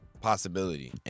possibility